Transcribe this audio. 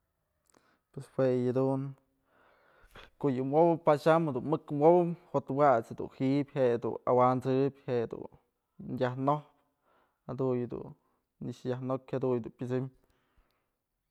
Pues jue yëdun ko'o yë wopëp pax am dun mëk wopëp jot wat's dun ji'ibyë je'e dun awansëp jedun yaj nojpë jadun yëdun nëkx yaj nokyë jadun yëdun pyësëm.